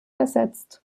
ersetzt